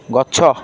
ଗଛ